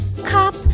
cop